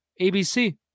ABC